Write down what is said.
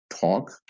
talk